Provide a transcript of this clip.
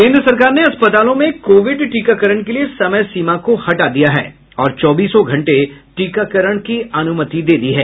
केंद्र सरकार ने अस्पतालों में कोविड टीकाकरण के लिए समय सीमा को हटा दिया है और चौबीसों घंटे टीकाकरण की अनुमति दे दी है